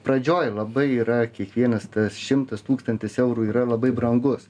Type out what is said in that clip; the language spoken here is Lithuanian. pradžioj labai yra kiekvienas tas šimtas tūkstantis eurų yra labai brangus